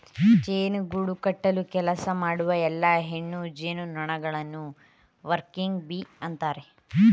ಜೇನು ಗೂಡು ಕಟ್ಟಲು ಕೆಲಸ ಮಾಡುವ ಎಲ್ಲಾ ಹೆಣ್ಣು ಜೇನುನೊಣಗಳನ್ನು ವರ್ಕಿಂಗ್ ಬೀ ಅಂತರೆ